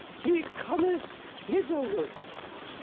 he cometh hitherwards.